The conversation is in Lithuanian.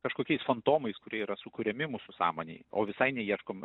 kažkokiais fantomais kurie yra sukuriami mūsų sąmonėj o visai neieškom